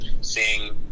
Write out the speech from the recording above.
seeing